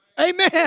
amen